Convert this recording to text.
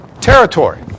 Territory